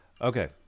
okay